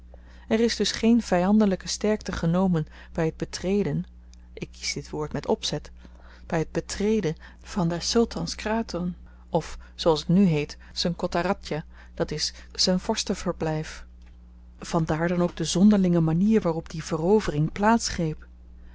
er is dus geen vyandelyke sterkte genomen by t betreden ik kies dit woord met opzet by t betreden van des sultans kraton of zooals t nu heet z'n kotta radja d i z'n vorstenverblyf vandaar dan ook de zonderlinge manier waarop die verovering plaats greep